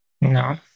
No